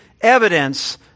evidence